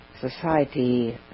society